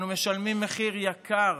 אנו משלמים מחיר יקר